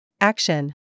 Action